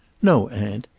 no, aunt.